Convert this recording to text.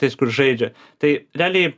tais kur žaidžia tai realiai